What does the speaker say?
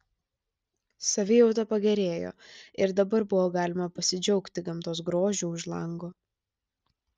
savijauta pagerėjo ir dabar buvo galima pasidžiaugti gamtos grožiu už lango